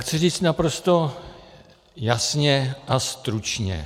Chci říct naprosto jasně a stručně.